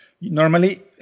Normally